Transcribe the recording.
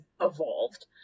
evolved